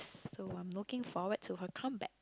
so I'm looking forward to her comeback